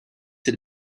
had